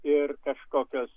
ir kažkokios